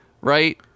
right